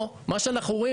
פה מה שאנחנו ראים,